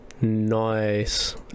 nice